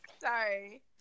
sorry